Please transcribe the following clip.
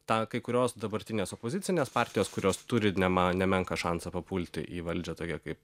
tą kai kurios dabartinės opozicinės partijos kurios turi nema nemenką šansą papulti į valdžią tokią kaip